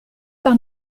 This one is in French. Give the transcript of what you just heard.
par